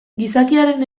gizakiaren